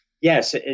Yes